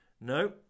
no